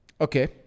Okay